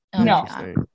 no